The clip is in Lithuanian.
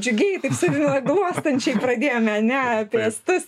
džiugiai kaip su glostančiai pradėjome ane apie estus